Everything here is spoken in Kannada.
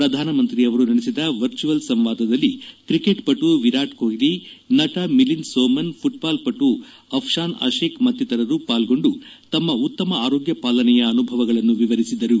ಪ್ರಧಾನಿ ಅವರು ನಡೆಸಿದ ವರ್ಚುವಲ್ ಸಂವಾದದಲ್ಲಿ ಕ್ರಿಕೆಟ್ ಪಟು ವಿರಾಟ್ ಕೊಟ್ಲಿ ನಟ ಮಿಲಿಂದ್ ಸೋಮನ್ ಫುಟ್ಬಾಲ್ ಪಟು ಆಫ್ಷಾನ್ ಅಶಿಕ್ ಮತ್ತಿತರರು ಪಾಲ್ಗೊಂಡು ತಮ್ನ ಉತ್ತಮ ಆರೋಗ್ನ ಪಾಲನೆಯ ಅನುಭವಗಳನ್ನು ವಿವರಿಸಿದರು